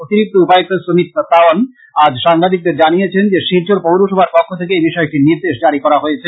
অতিরিক্ত উপায়ুক্ত সুমিত সত্তাওয়ান আজ সাংবাদিকদের জানিয়েছেন যে শিলচর পৌরসভার পক্ষ থেকে এ বিষয়ে একটি নির্দেশ জারী করা হয়েছে